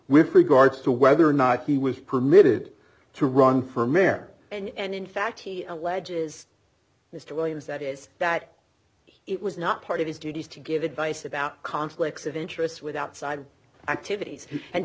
with regards to whether or not he was permitted to run for mayor and in fact he alleges mr williams that is that it was not part of his duties to give advice about conflicts of interest with outside activities and